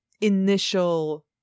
initial